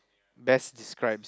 best describes